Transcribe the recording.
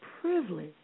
privilege